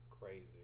crazy